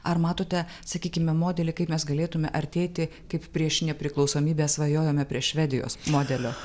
ar matote sakykime modelį kaip mes galėtume artėti kaip prieš nepriklausomybę svajojome prie švedijos modelio